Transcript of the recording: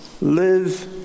live